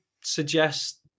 suggest